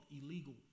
illegal